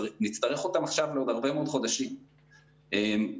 יש ראש אגף רפואה במשרד הבריאות שאחראית על הוויסותים.